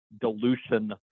dilution